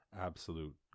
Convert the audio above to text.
absolute